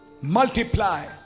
multiply